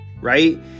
right